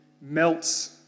melts